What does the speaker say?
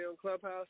Clubhouse